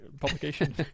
publication